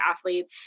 athletes